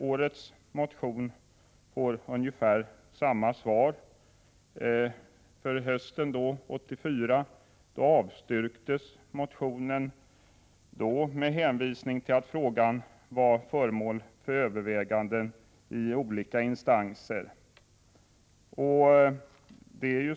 Årets motion får ungefär samma svar som den tidigare. Hösten 1984 avstyrktes motionen med hänvisning till att frågan var föremål för överväganden i olika instanser.